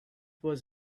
was